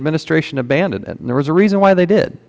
administration abandoned and there was a reason why they did